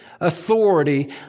authority